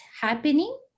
happening